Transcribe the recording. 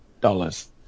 dollars